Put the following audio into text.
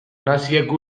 naziek